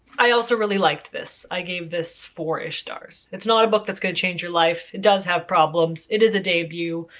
i also really liked this. i gave this four-ish stars. it's not a book that's going to change your life it does have problems. it is a debut.